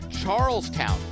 Charlestown